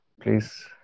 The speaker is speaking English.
please